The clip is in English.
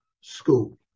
school